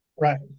Right